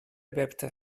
bebte